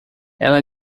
ela